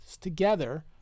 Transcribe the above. together